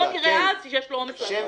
בואו נראה אז שיש לו אומץ לעשות את זה.